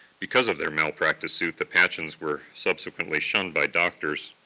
because of their malpractice suit, the patchen's were subsequently shunned by doctors.